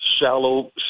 shallow